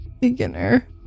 Beginner